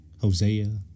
Hosea